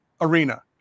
arena